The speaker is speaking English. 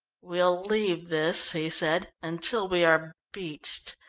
we'll leave this, he said, until we are beached.